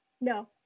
No